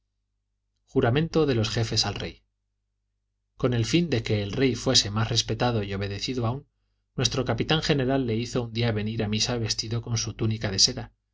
juramento de los jefes al rey con el fin de que el rey fuese más respetado y obedecido aún nuestro capitán general le hizo un día venir a misa vestido con su túnica de seda